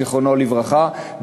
זיכרונו לברכה,